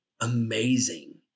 amazing